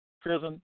prison